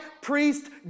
priest